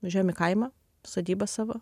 važiuojam į kaimą sodybą savo